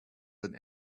than